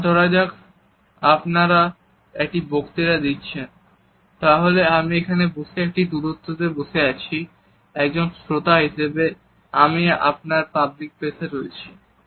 এবার ধরা যাক আপনারা একটি বক্তৃতা দিচ্ছেন তাহলে আমি এখানে বসে একটি দূরত্ব তে বসে আছি একজন শ্রোতা হিসেবে আমি আপনার পাবলিক প্লেসে রয়েছি